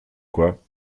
quoi